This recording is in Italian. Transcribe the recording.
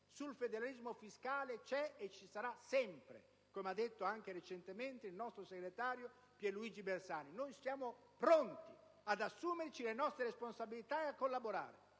sul federalismo fiscale, come ha detto anche recentemente il nostro segretario Pierluigi Bersani. Siamo pronti ad assumerci le nostre responsabilità e a collaborare,